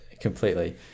completely